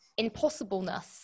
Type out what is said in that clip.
impossibleness